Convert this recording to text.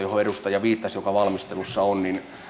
johon edustaja viittasi ja joka valmistelussa on